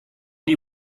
die